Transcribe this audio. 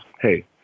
hey